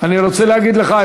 אני רוצה להגיד לך,